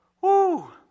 Woo